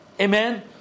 Amen